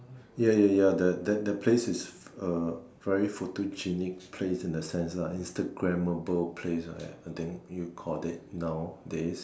ya ya ya the the the that that place is uh very photogenic place in the sense lah Instragrammable place ah I think you call it nowadays